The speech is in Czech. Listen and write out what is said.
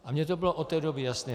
A mně to bylo od té doby jasné.